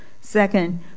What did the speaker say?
second